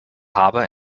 harbour